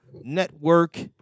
Network